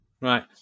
Right